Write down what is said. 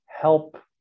help